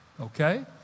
Okay